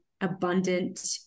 abundant